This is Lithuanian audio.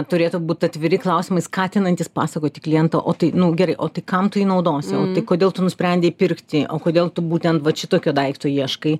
turėtų būt atviri klausimai skatinantys pasakoti klientą o tai nu gerai o tai kam tu jį naudosi o tai kodėl tu nusprendei pirkti o kodėl tu būtent vat šitokio daikto ieškai